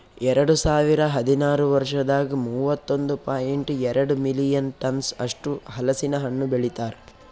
ಎರಡು ಸಾವಿರ ಹದಿನಾರು ವರ್ಷದಾಗ್ ಮೂವತ್ತೊಂದು ಪಾಯಿಂಟ್ ಎರಡ್ ಮಿಲಿಯನ್ ಟನ್ಸ್ ಅಷ್ಟು ಹಲಸಿನ ಹಣ್ಣು ಬೆಳಿತಾರ್